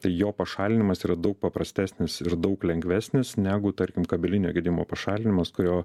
tai jo pašalinimas yra daug paprastesnis ir daug lengvesnis negu tarkim kabelinio gedimo pašalinimas kurio